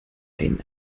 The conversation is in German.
ein